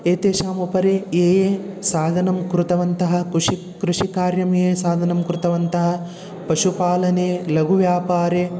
एतेषाम् उपरि ये ये साधनं कृतवन्तः कृषिः कृषिकार्यं ये साधनं कृतवन्तः पशुपालने लघुव्यापारे